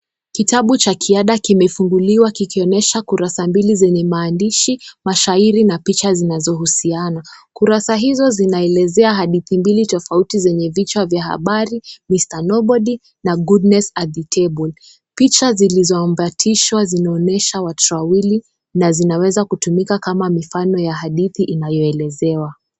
Kitabu cha kiada kimefunguliwa kikionyesha kurasa mbili zenye maandishi, mashairi na picha zinazohusiana. Kurasa hizo zinaelezea hadithi mbili tofauti zenye vichwa vya habari Mr. Nobody na goodness at the table . Picha zilizoambatishwa zinaonyesha watoto wawili na zinaweza kutumika kama mifano ya hadithi inayoelezewa.